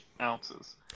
ounces